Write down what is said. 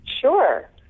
Sure